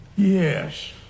Yes